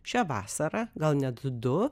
šią vasarą gal net du